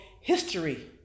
history